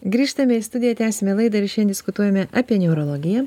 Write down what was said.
grįžtame į studiją tęsiame laidą ir šiandien diskutuojame apie neurologiją